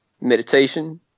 meditation